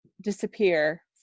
disappear